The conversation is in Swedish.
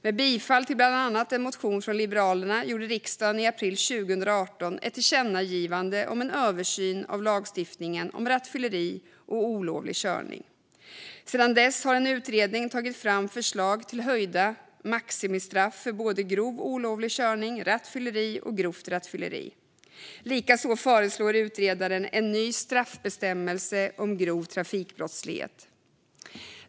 Med bifall till bland annat en motion från Liberalerna gjorde riksdagen i april 2018 ett tillkännagivande om en översyn av lagstiftningen om rattfylleri och olovlig körning. Sedan dess har en utredning tagit fram förslag till höjda maximistraff för både grov olovlig körning, rattfylleri och grovt rattfylleri. Likaså föreslår utredaren en ny straffbestämmelse om grov trafikbrottslighet.